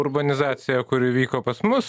urbanizacija kuri vyko pas mus